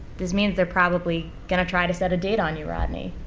this means they're probably going to try to set a date on you, rodney.